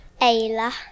Ayla